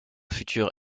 futur